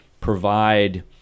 provide